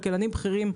כלכלנים בכירים,